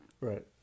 Right